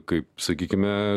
kaip sakykime